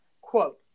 quote